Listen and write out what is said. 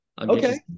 okay